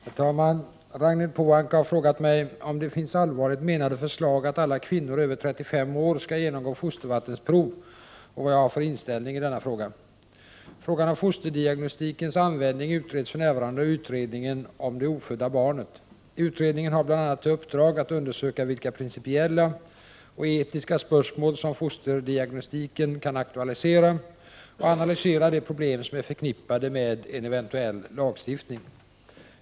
Herr talman! Ragnhild Pohanka har frågat mig om det finns allvarligt menade förslag att alla kvinnor över 35 år skall genomgå fostervattensprov och vilken inställning jag har i denna fråga. Frågan om fosterdiagnostikens användning utreds för närvarande av utredningen om det ofödda barnet. Utredningen har bl.a. i uppdrag att undersöka vilka principiella och etiska spörsmål som fosterdiagnostiken kan aktualisera och att analysera de problem som är förknippade med en eventuell lagstiftning.